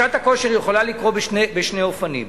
שעת הכושר יכולה לקרות בשני אופנים: